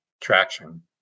traction